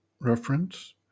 Reference